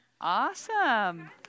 awesome